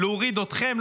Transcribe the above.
להוריד אתכם,